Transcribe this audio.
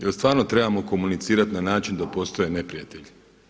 Je li stvarno trebamo komunicirati na način da postoje neprijatelji?